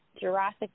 Jurassic